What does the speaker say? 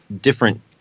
different